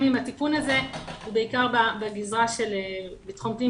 עם התיקון הזה הוא בעיקר בגזרה של ביטחון פנים,